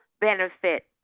benefit